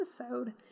episode